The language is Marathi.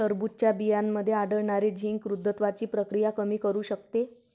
टरबूजच्या बियांमध्ये आढळणारे झिंक वृद्धत्वाची प्रक्रिया कमी करू शकते